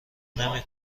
نمی